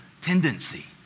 tendency